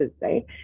right